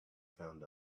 found